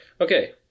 Okay